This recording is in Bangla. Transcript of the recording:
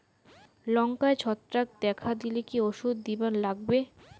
লঙ্কায় ছত্রাক দেখা দিলে কি ওষুধ দিবার লাগবে?